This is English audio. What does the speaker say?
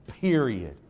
period